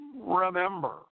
remember